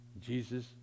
Jesus